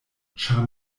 ĉar